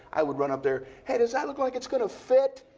i would run up there, hey, does that look like it's gonna fit?